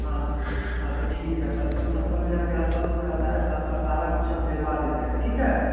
हाँ हाँ तो ठीक है पचपन छप्पन हज़ार के आस पास हो जाता है तो आपका सारा कुछ हम भिजवा देते हैं ठीक है